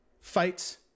fights